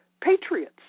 patriots